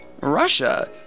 Russia